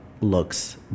looks